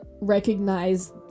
recognize